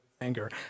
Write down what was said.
anger